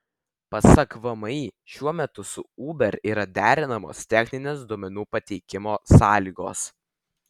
pasak vmi šiuo metu su uber yra derinamos techninės duomenų pateikimo sąlygos